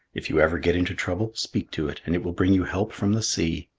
if you ever get into trouble, speak to it and it will bring you help from the sea.